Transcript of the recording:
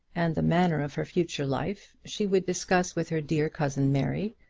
and the manner of her future life, she would discuss with her dear cousin mary,